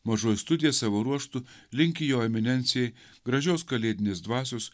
mažoji studija savo ruožtu linki jo eminencijai gražios kalėdinės dvasios